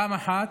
פעם אחת,